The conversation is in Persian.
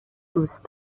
دوست